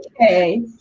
Okay